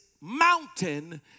mountain